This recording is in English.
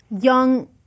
young